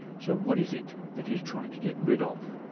so what is it that he's trying to get rid of?